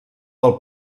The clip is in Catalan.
del